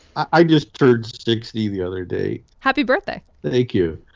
i just turned sixty the other day happy birthday thank you.